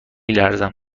لرزم